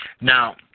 Now